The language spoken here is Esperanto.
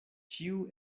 ĉiu